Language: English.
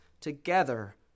together